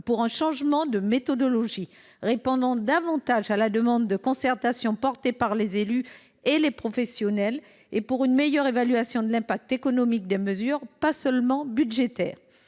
pour un changement de méthodologie afin de répondre davantage à la demande de concertation exprimée par les élus et les professionnels et d’obtenir une meilleure évaluation de l’impact économique, et pas seulement budgétaire,